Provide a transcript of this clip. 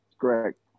Correct